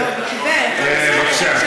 כן, בבקשה.